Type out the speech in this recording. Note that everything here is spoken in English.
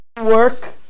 Work